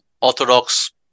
orthodox